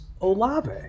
Olave